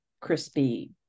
crispy